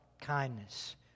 kindness